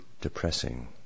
depressing